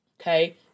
Okay